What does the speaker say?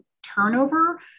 turnover